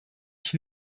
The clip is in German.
ich